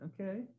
Okay